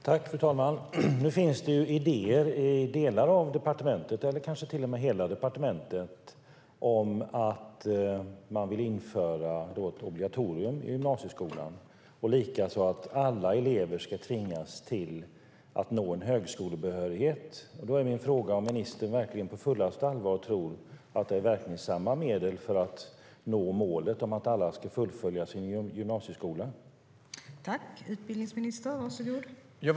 Fru talman! Nu finns det idéer i delar av departementet, eller kanske till och med i hela departementet, om att införa ett obligatorium i gymnasieskolan liksom att alla elever ska tvingas att nå en högskolebehörighet. Då är min fråga om ministern verkligen på fullaste allvar tror att det är verkningsfulla medel för att nå målet att alla ska fullfölja sin gymnasieutbildning.